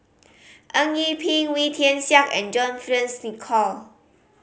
Eng Yee Peng Wee Tian Siak and John Fearns Nicoll